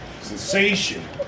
sensation